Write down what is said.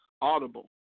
Audible